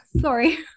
Sorry